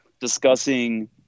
discussing